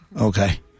Okay